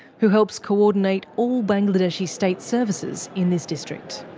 who helps coordinate all bangladeshi state services in this district.